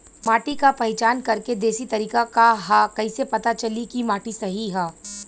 माटी क पहचान करके देशी तरीका का ह कईसे पता चली कि माटी सही ह?